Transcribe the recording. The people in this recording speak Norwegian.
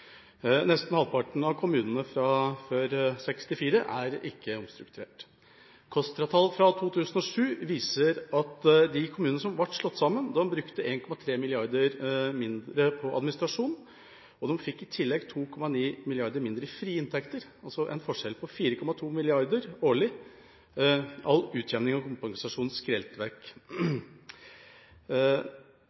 Nesten halvparten av kommunene fra før 1964 er ikke omstrukturert. KOSTRA-tall fra 2007 viser at de kommunene som ble slått sammen, brukte 1,3 mrd. kr mindre på administrasjon, og de fikk i tillegg 2,9 mrd. kr mindre i frie inntekter, altså en forskjell på 4,2 mrd. kr årlig – all utjevning og kompensasjon